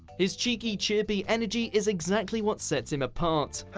his cheeky, chirpy energy is exactly what sets him apart.